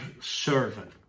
servant